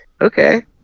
okay